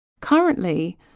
Currently